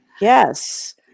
yes